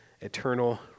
eternal